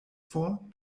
vor